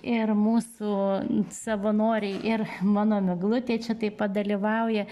ir mūsų savanoriai ir mano miglutė čia taip pat dalyvauja